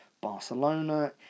Barcelona